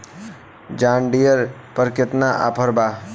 John Deere पर केतना offer बा?